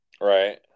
Right